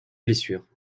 blessures